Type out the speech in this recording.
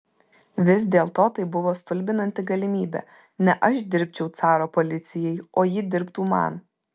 vis dėlto tai buvo stulbinanti galimybė ne aš dirbčiau caro policijai o ji dirbtų man